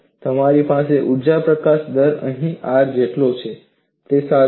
તમારી પાસે ઊર્જા પ્રકાશન દર અહીં R જેટલો છે તે સારું છે